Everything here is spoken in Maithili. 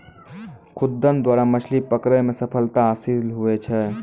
खुद्दन द्वारा मछली पकड़ै मे सफलता हासिल हुवै छै